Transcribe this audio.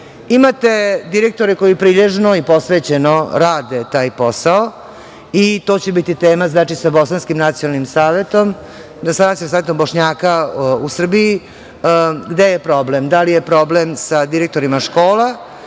Imate direktore koji prilježno i posvećeno rade taj posao i to će biti tema sa Nacionalnim savetom Bošnjaka u Srbiji gde je problem, da li je problem sa direktorima škola